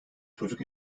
çocuk